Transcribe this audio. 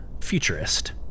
futurist